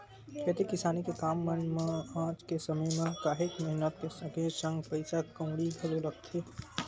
खेती किसानी के काम मन म आज के समे म काहेक मेहनत के संगे संग पइसा कउड़ी घलो लगथे